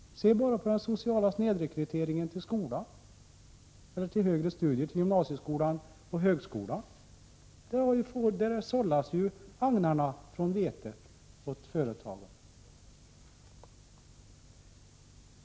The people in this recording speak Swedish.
Se bara på den sociala snedrekryteringen till högre studier — till gymnasieskolan och högskolan. Där sållas ju agnarna från vetet åt företagen!